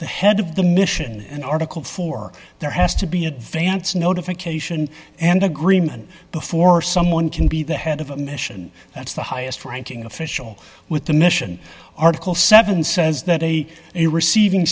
the head of the mission in an article for there has to be advance notification and agreement before someone can be the head of a mission that's the highest ranking official with the mission article seven says that i am receiving